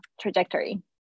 trajectory